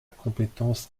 compétence